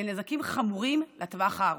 ולנזקים חמורים לטווח הארוך.